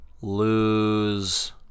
lose